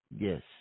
yes